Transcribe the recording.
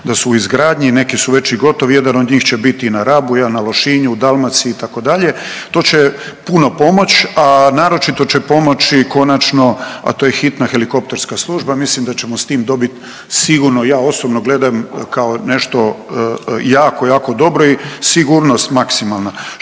da su u izgradnji, neki su već i gotovi, jedna od njih će biti na Rabu, jedan na Lošinju, u Dalmaciji itd. To će puno pomoći, a naročito će pomoći konačno, a to je hitna helikopterska služba mislim da ćemo s tim dobiti sigurno i ja osobno gledam kao nešto jako, jako dobro i sigurnost maksimalna.